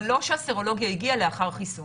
אבל לא שהסרולוגיה הגיעה לאחר חיסון.